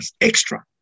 extra